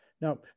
Now